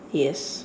yes